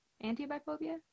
anti-biphobia